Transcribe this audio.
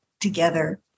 together